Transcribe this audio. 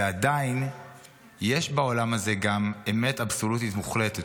ועדיין יש בעולם הזה גם אמת אבסולוטית מוחלטת,